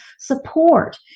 support